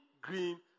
green